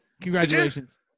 congratulations